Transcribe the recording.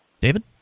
David